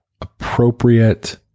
appropriate